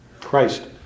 Christ